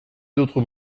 d’autres